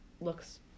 looks